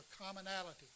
commonality